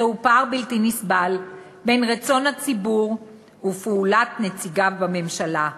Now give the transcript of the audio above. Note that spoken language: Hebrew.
זהו פער בלתי נסבל בין רצון הציבור ופעולת נציגיו בממשלה.